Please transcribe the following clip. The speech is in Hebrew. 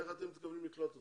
איך אתם מתכוונים לקלוט אותם?